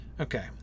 Okay